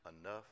enough